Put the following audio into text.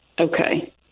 Okay